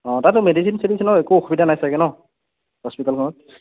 অঁ তাতটো মেডিছিন চেডিছিনৰ একো অসুবিধা নাই চাগৈ ন হস্পিতেলখনত